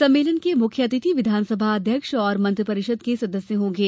सम्मेलन के मुख्य अतिथि विधानसभा अध्यक्ष और मंत्रि परिषद के सदस्य होंगे